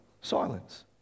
Silence